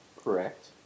Correct